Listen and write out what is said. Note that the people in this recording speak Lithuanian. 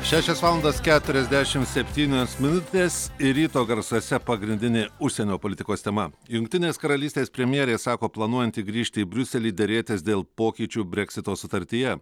šešios valandos keturiasdešimt septynios minutės ir ryto garsuose pagrindinė užsienio politikos tema jungtinės karalystės premjerė sako planuojanti grįžti į briuselį derėtis dėl pokyčių breksito sutartyje